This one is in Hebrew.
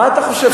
מה אתה חושב,